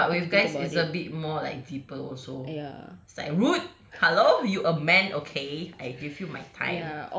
but with guys it's a bit more like deeper also it's like rude hello you're a man okay I give you my time